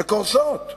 והן קורסות.